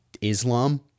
Islam